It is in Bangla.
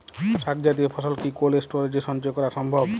শাক জাতীয় ফসল কি কোল্ড স্টোরেজে সঞ্চয় করা সম্ভব?